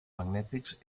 magnètics